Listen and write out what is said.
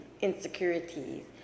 insecurities